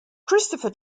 christopher